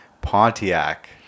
pontiac